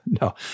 No